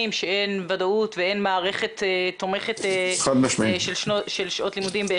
שאין ודאות ואין מערכת תומכת של שעות לימודים.